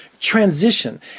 Transition